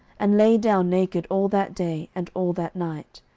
and lay down naked all that day and all that night.